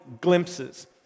glimpses